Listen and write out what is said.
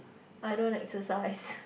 I don't exercise